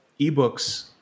ebooks